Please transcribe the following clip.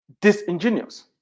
disingenuous